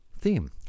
theme